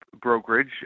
brokerage